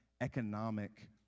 economic